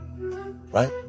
Right